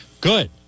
Good